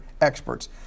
experts